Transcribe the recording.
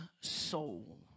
soul